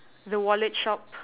the wallet shop